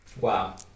Wow